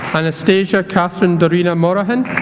anastasia catherine dorina morahan